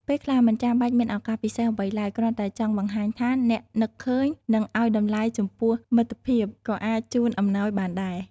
ពេលខ្លះ មិនចាំបាច់មានឱកាសពិសេសអ្វីឡើយ គ្រាន់តែចង់បង្ហាញថាអ្នកនឹកឃើញ និងឲ្យតម្លៃចំពោះមិត្តភាព ក៏អាចជូនអំណោយបានដែរ។